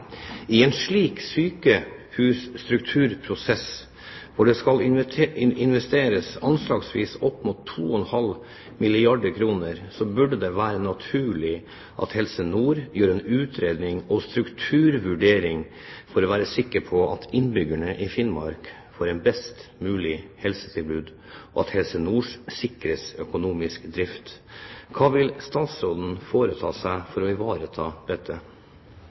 I en slik sykehusstrukturprosess hvor det skal investeres anslagsvis opp mot 2,5 milliarder kr, burde det være naturlig at Helse Nord gjør en utredning og strukturvurdering for å være sikker på at innbyggerne i Finnmark får et best mulig helsetilbud, og at Helse Nord sikres økonomisk drift. Hva vil statsråden foreta seg for å ivareta dette?»